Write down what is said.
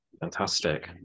fantastic